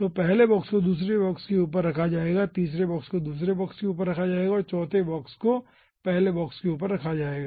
तो पहले दूसरे बॉक्स को पहले के ऊपर रखा जाएगा तीसरे बॉक्स को दूसरे बॉक्स के ऊपर रखा जाएगा और चौथे बॉक्स को आपके पहले बॉक्स के नीचे रखा जाएगा